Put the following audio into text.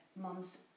mums